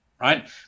right